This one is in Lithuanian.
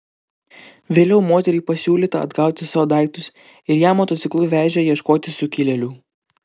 vėliau moteriai pasiūlyta atgauti savo daiktus ir ją motociklu vežė ieškoti sukilėlių